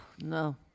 no